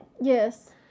Yes